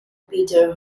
peter